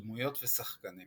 דמויות ושחקנים